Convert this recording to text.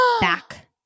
back